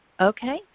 Okay